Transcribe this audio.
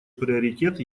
приоритет